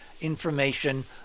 information